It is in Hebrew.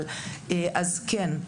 אז כן,